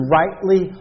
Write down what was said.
rightly